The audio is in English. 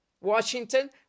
washington